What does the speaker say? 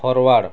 forward